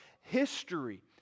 history